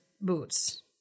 boots